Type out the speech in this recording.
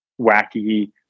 wacky